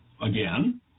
again